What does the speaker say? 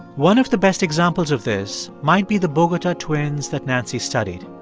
one of the best examples of this might be the bogota twins that nancy studied.